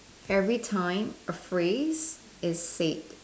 every time a phrase is said